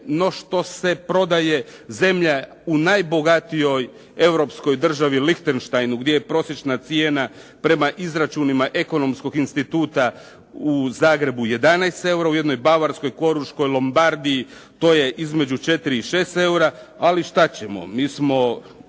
no što se prodaje zemlja u najbogatijoj europskoj državi Lihtenštajnu gdje je prosječna cijena prema izračunima Ekonomskog instituta u Zagrebu 11 eura, u jednoj Bavarskoj, Koruškoj, Lombardiji, to je između 4 i 6 eura, ali što ćemo.